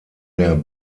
der